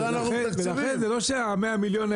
זה לא שזה יהיה בחינם.